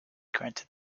granted